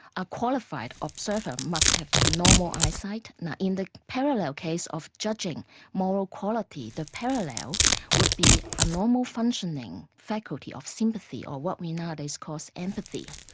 a qualified observer must have normal eyesight. now in the parallel case of judging moral quality, the parallel would be a normal functioning faculty of sympathy or what we nowadays call empathy.